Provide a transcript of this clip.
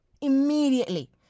Immediately